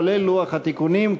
כולל לוח התיקונים,